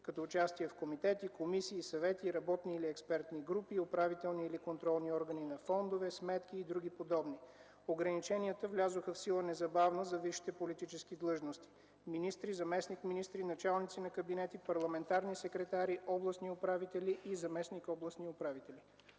като участие в комитети, комисии, съвети, работни или експертни групи, управителни или контролни органи на фондове, сметки и други подобни. Ограниченията влязоха в сила незабавно за висшите политически длъжности – министри, заместник-министри, началници на кабинети, парламентарни секретари, областни управители и заместник областни управители.